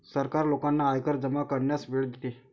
सरकार लोकांना आयकर जमा करण्यास वेळ देते